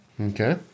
okay